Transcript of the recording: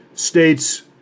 states